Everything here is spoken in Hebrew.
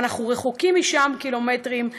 אבל אנחנו רחוקים משם קילומטרים,